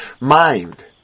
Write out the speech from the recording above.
mind